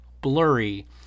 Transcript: Blurry